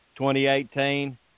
2018